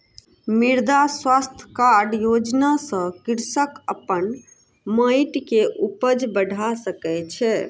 मृदा स्वास्थ्य कार्ड योजना सॅ कृषक अपन माइट के उपज बढ़ा सकै छै